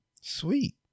Sweet